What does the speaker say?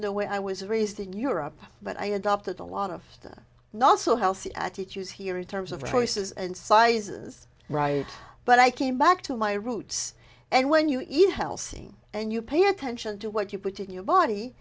way i was raised in europe but i adopted a lot of stuff not so healthy at it use here in terms of resources and sizes right but i came back to my roots and when you eat healthy and you pay attention to what you put in your body